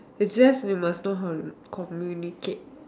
is just you must know how to communicate